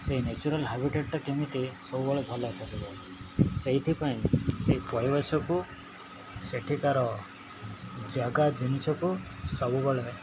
ସେଇ ନେଚୁରାଲ୍ ହାବିଟେଟଟା କେମିତି ସବୁବେଳେ ଭଲ ପଡ଼ିବ ସେଇଥିପାଇଁ ସେଇ ପରିବେଶକୁ ସେଠିକାର ଜାଗା ଜିନିଷକୁ ସବୁବେଳେ